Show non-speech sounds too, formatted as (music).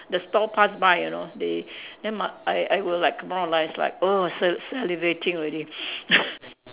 the stall pass by you know they then my I I will like like oh sal~ salivating already (laughs)